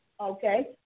Okay